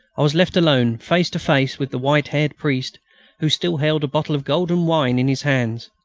i was left alone face to face with the white-haired priest who still held a bottle of golden wine in his hand.